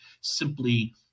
simply